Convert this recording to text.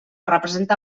representa